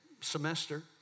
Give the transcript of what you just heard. semester